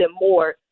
more